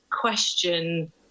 question